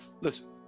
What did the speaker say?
listen